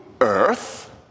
earth